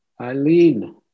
Eileen